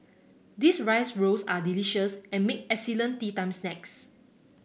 these rice rolls are delicious and make excellent teatime snacks